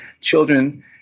children